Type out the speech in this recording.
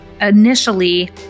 initially